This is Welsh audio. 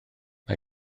mae